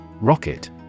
Rocket